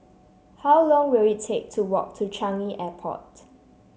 how long will it take to walk to Changi Airport